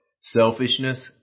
Selfishness